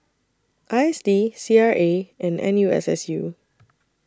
I S D C R A and N U S S U